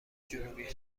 جنوبی